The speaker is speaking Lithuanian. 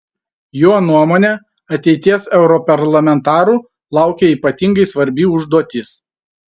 jo nuomone ateities europarlamentarų laukia ypatingai svarbi užduotis